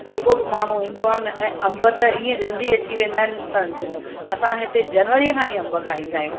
जेको बि माण्हू ईंदो आहे न ऐं अम्ब त ईअं जल्दी अची वेंदा आहिनि असांज असां हिते जनवरीअ खां ई अम्ब खाईंदा आहियूं